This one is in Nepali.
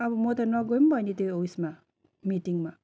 अब म त नगए पनि भयो नि त्यो उयेसमा मिटिङमा